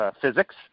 physics